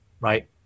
Right